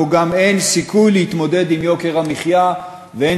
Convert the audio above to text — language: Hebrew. וגם אין סיכוי להתמודד עם יוקר המחיה ואין